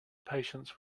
patients